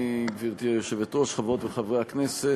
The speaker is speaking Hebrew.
גברתי היושבת-ראש, תודה רבה, חברות וחברי הכנסת,